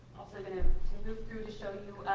also going ah to move through to show you